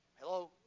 Hello